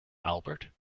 albert